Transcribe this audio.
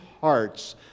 hearts